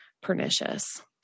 pernicious